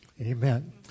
Amen